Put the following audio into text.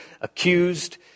accused